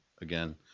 Again